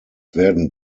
werden